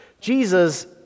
Jesus